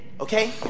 okay